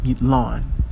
lawn